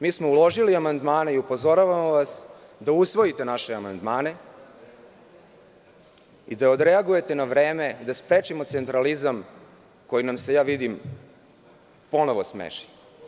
Mi smo uložili amandmane i upozoravamo vas da usvojite naše amandmane i da odreagujete na vreme, da sprečite centralizam koji nam se, ja vidim, ponovo smeši.